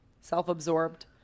self-absorbed